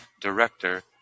director